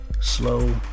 slow